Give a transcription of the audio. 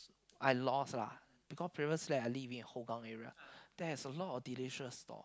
I lost lah because previously I live in Hougang area there is a lot of delicious stall